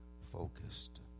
focused